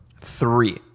Three